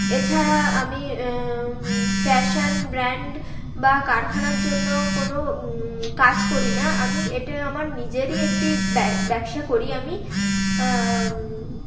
এছাড়া আমি fashion brand বা কারখানার জন্য কোনো কাজ করি না আমি এটা আমার নিজেরই একটি ব্য ব্যবসা করি আমি